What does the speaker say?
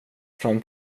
fram